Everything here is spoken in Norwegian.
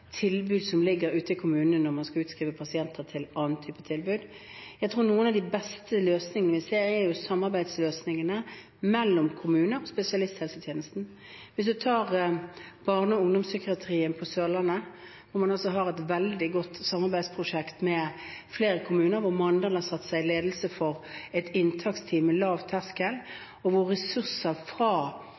tilbud som er ute i kommunene, når man skal utskrive pasienter til annen type tilbud. Jeg tror noen av de beste løsningene vi ser, er samarbeidsløsningene mellom kommuner og spesialisthelsetjenesten. Et eksempel er barne- og ungdomspsykiatrien på Sørlandet, hvor man har et veldig godt samarbeidsprosjekt mellom flere kommuner, hvor Mandal har satt seg i ledelsen for et inntaksteam med lav terskel, og hvor ressurser fra